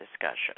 discussion